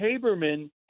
Haberman